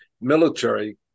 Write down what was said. military